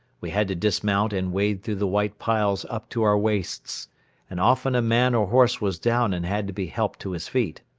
we had to dismount and wade through the white piles up to our waists and often a man or horse was down and had to be helped to his feet.